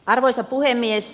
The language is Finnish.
arvoisa puhemies